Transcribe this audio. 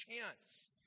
chance